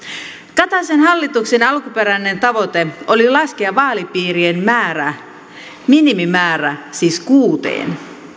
kataisen hallituksen alkuperäinen tavoite oli laskea vaalipiirien määrä minimimäärä siis kuuteen